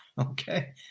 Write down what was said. okay